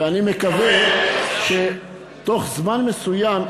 ואני מקווה שבתוך זמן מסוים,